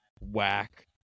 whack